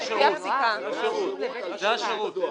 --- זה השירות.